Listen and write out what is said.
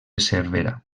cervera